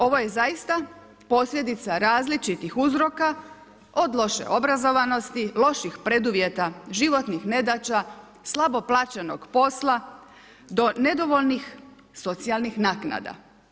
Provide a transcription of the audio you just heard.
Ovo je zaista posljedica različitih uzroka, od loše obrazovanosti, loših preduvjeta, životnih nedaća, slabo plaćenog posla, do nedovoljnih socijalnih naknada.